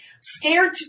scared